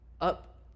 up